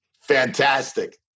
Fantastic